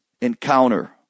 encounter